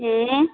हूँ